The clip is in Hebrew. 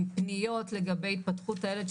עם פניות לגבי התפתחות הילד,